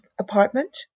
apartment